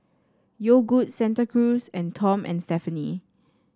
Yogood Santa Cruz and Tom and Stephanie